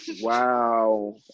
Wow